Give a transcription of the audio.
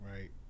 right